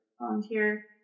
volunteer